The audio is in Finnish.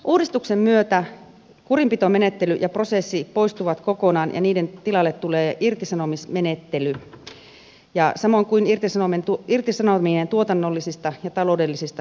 uudistuksen myötä kurinpitomenettely ja prosessi poistuvat kokonaan ja niiden tilalle tulee irtisanomismenettely ja samoin irtisanominen tuotannollisista ja taloudellisista syistä